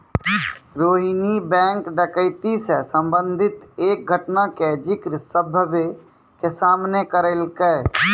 Rohini bank डकैती से संबंधित एक घटना के जिक्र सभ्भे के सामने करलकै